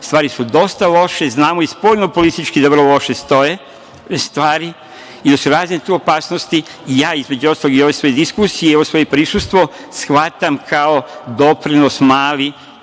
stvari su dosta loše, znamo i spoljno politički da vrlo loše stoje stvari i da su razne tu opasnosti i ja, između ostalog, ovu svoju diskusiju i ovo svoje prisustvo shvatam kao mali